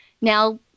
Now